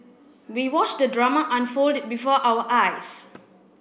we watched the drama unfold before our eyes